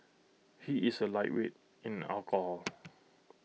he is A lightweight in alcohol